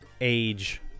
age